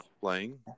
Playing